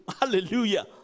hallelujah